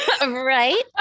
Right